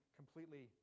completely